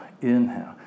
inhale